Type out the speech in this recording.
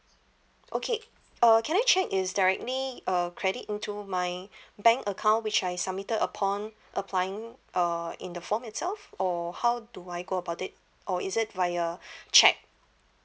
okay uh can I check it's directly uh credit into my bank account which I submitted upon applying uh in the form itself or how do I go about it or is it via cheque